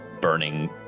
burning